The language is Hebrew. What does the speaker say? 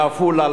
לעפולה,